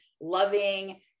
loving